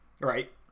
right